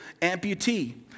amputee